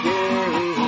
Gary